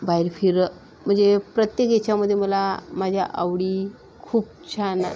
बाहेर फिरं म्हणजे प्रत्येक याच्यामध्ये मला माझ्या आवडी खूप छान